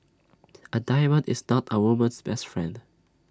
A diamond is not A woman's best friend